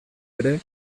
ere